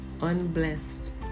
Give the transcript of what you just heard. unblessed